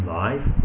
life